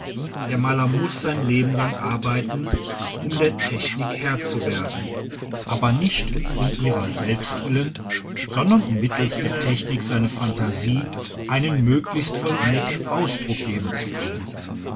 der maler muß sein leben lang arbeiten um der technik herr zu werden aber nicht um ihrer selbst willen sondern um mittels der technik seiner phantasie einen möglichst vollendeten ausdruck geben zu können